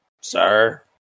sir